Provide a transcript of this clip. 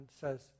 says